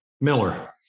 Miller